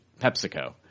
PepsiCo